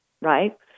right